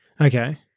Okay